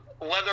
leather